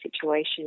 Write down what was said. situation